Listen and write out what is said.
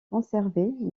conservée